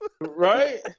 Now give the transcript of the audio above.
Right